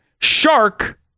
Shark